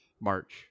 March